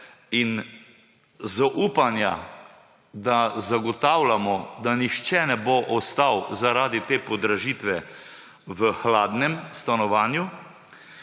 in zaupanja, da zagotavljamo, da nihče ne bo ostal zaradi te podražitve v hladnem stanovanju,